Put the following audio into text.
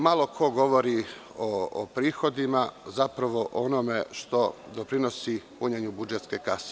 Malo ko govori o prihodima, zapravo o onome što doprinosi punjenju budžetske kase.